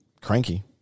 cranky